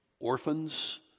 orphans